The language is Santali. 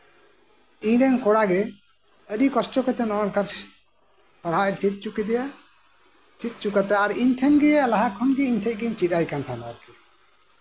ᱤᱧ ᱨᱮᱱ ᱠᱚᱲᱟᱜᱮ ᱟᱹᱰᱤ ᱠᱚᱥᱴᱚ ᱠᱟᱛᱮᱫ ᱯᱟᱲᱦᱟᱜ ᱤᱧ ᱪᱮᱫ ᱦᱚᱪᱚ ᱠᱮᱫᱮᱭᱟ ᱪᱮᱫ ᱜᱮ ᱞᱟᱦᱟ ᱠᱷᱚᱱᱜᱮ ᱤᱧ ᱴᱷᱮᱡ ᱜᱤᱧ ᱪᱮᱫ ᱟᱭ ᱠᱟᱱ ᱛᱟᱸᱦᱮᱱᱟ ᱟᱨᱠᱤ